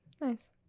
nice